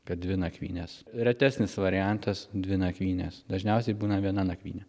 per dvi nakvynes retesnis variantas dvi nakvynės dažniausiai būna viena nakvynė